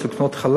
תתפלא לשמוע,